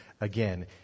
again